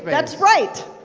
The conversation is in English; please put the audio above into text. that's right!